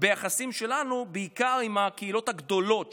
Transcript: ביחסים שלנו בעיקר עם הקהילות הגדולות,